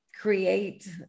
create